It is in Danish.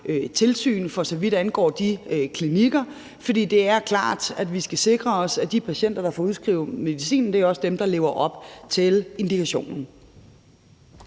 tilsyn, for så vidt angår de klinikker. For det er klart, at vi skal sikre os, at de patienter, der får udskrevet medicinen, også er dem, der lever op til indikationen.